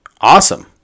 Awesome